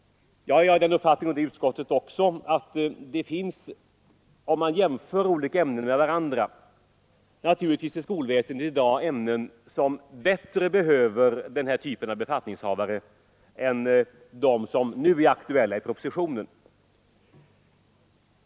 Jag är av den uppfattningen — och det är utskottet också — att det inom skolväsendet i dag finns ämnen som bättre behöver denna typ av befattningshavare än de som nu är aktuella i propositionen.